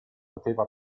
doveva